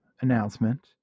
announcement